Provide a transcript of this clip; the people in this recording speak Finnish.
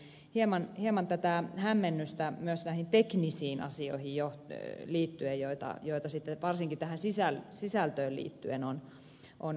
eli on hieman hämmennystä myös näihin teknisiin asioihin liittyen ja sitten varsinkin tähän sisältöön liittyen varsin paljon